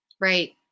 Right